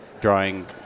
drawing